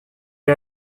est